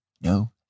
No